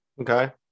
Okay